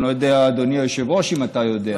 אני לא יודע, אדוני היושב-ראש, אם אתה יודע.